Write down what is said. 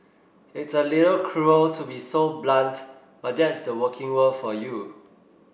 it's a little cruel to be so blunt but that's the working world for you